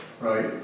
Right